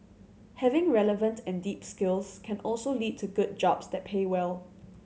having relevant and deep skills can also lead to good jobs that pay well